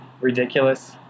ridiculous